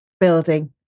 building